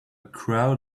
crowd